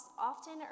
often